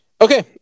Okay